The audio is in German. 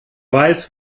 weiß